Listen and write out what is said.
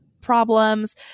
problems